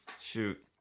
Shoot